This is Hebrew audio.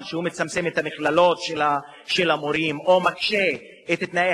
ומורים במגזר